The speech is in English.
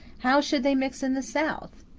how should they mix in the south?